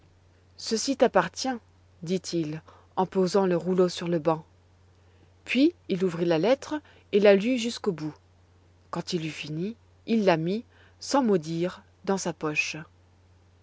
ceci t'appartient dit-il en posant le rouleau sur le banc puis il ouvrit la lettre et la lut jusqu'au bout quand il eut fini il la mit sans mot dire dans sa poche